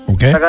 Okay